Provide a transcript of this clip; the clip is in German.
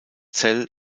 zell